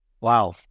Wow